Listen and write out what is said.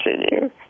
continue